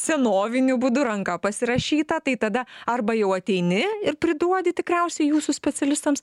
senoviniu būdu ranka pasirašyta tai tada arba jau ateini ir priduodi tikriausiai jūsų specialistams